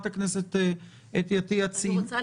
קודם כול,